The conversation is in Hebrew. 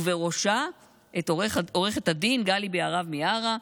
ובראשה את עו"ד גלי בהרב-מיארה,